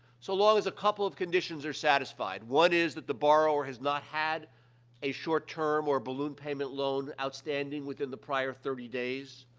so long as a couple of conditions are satisfied. one is that the borrower has not had a short-term or balloon payment loan outstanding within the prior thirty days.